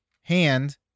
hand